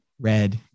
red